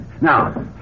Now